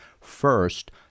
First